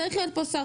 צריך להיות פה שר